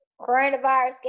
coronavirus